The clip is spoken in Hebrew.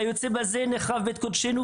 נכבד איש את רעהו,